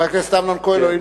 חבר הכנסת אמנון כהן,